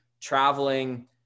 traveling